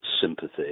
sympathy